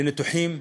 לניתוחים,